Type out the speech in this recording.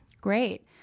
Great